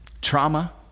trauma